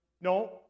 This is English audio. No